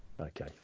Okay